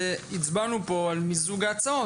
והצבענו פה על מיזוג ההצעות,